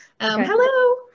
Hello